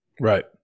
Right